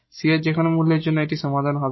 C এর যেকোনো মূল্যের জন্য এটি সমাধান হবে